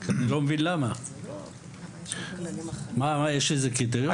אני לא מבין למה, יש איזשהם קריטריונים?